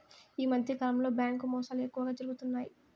ఈ మధ్యకాలంలో బ్యాంకు మోసాలు ఎక్కువగా జరుగుతున్నాయి